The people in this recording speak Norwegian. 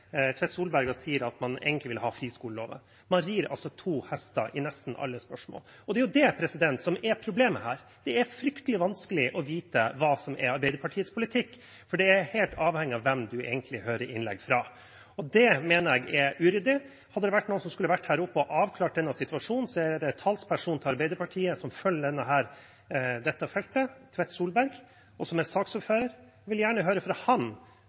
Tvedt Solberg, og sier at man egentlig vil ha det som i friskoleloven. Man rir altså to hester i nesten alle spørsmål. Det er det som er problemet her. Det er fryktelig vanskelig å vite hva som er Arbeiderpartiets politikk, for det er helt avhengig av hvem man hører innlegg fra. Det mener jeg er uryddig. Skulle noen vært oppe og avklart denne situasjonen, så er det talspersonen til Arbeiderpartiet for dette feltet, Tvedt Solberg, som også er saksordfører. Jeg vil gjerne høre fra